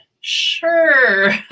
sure